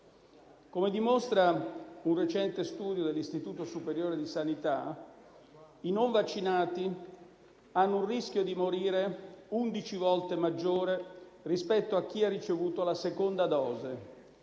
Come dimostra un recente studio dell'Istituto superiore di sanità, i non vaccinati hanno un rischio di morire 11 volte maggiore rispetto a chi ha ricevuto la seconda dose